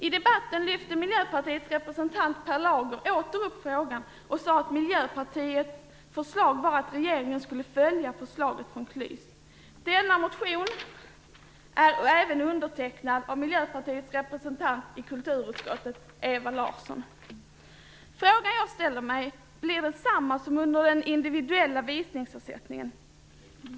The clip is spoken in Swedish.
I debatten lyfte Miljöpartiets representant Per Lager åter upp frågan och sade att Miljöpartiets förslag var att regeringen skulle följa förslaget från KLYS. Denna motion är även undertecknad av Miljöpartiets representant i kulturutskottet, Ewa Larsson. Frågan jag ställer mig blir densamma som i frågan om den individuella visningsersättningen.